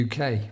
UK